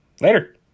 Later